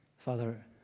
Father